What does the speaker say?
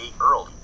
early